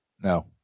No